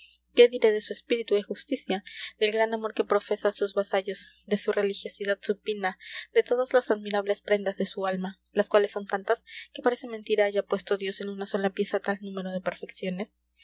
qué diré de su espíritu de justicia del gran amor que profesa a sus vasallos de su religiosidad supina de todas las admirables prendas de su alma las cuales son tantas que parece mentira haya puesto dios en una sola pieza tal número de perfecciones